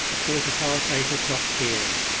a quarter-past eight o'clock p m.